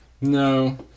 No